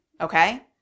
okay